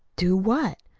do what?